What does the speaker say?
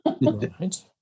Right